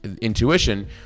intuition